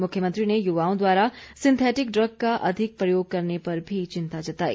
मुख्यमंत्री ने युवाओं द्वारा सिंथेटिक ड्रग का अधिक प्रयोग करने पर भी चिंता जताई